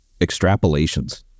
Extrapolations